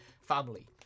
family